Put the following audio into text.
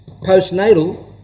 postnatal